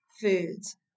foods